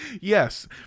Yes